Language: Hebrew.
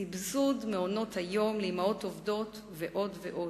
סבסוד מעונות-היום לאמהות עובדות ועוד ועוד.